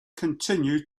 continue